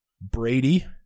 Brady